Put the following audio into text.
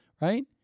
right